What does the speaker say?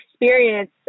experience